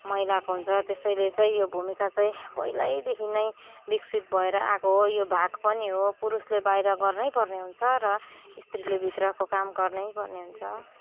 महिलाको हुन्छ त्यसैले चाहिँ यो भूमिका चाहिँ पलिल्यैदेखि नै विकसित भ एर आएको हो यो भाग पनि हो पुरुषले बाहिर गर्नै पर्ने हुन्छ र स्त्रीले भित्रको काम गर्नै पर्ने हुन्छ